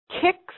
Kicks